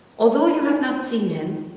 although you have not seen him,